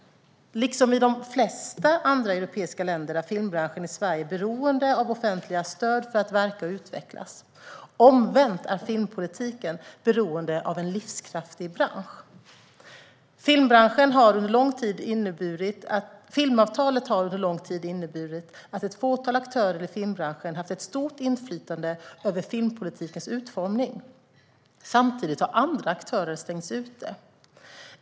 Liksom i de flesta andra europeiska länder är filmbranschen i Sverige beroende av offentliga stöd för att verka och utvecklas. Omvänt är filmpolitiken beroende av en livskraftig bransch. Filmavtalet har under lång tid inneburit att ett fåtal aktörer i filmbranschen haft ett stort inflytande över filmpolitikens utformning. Samtidigt har andra aktörer stängts ute.